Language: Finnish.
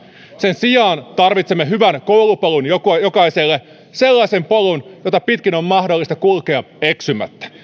sen sijaan tarvitsemme hyvän koulupolun jokaiselle sellaisen polun jota pitkin on mahdollista kulkea eksymättä